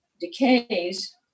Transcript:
decays